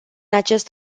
acest